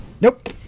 Nope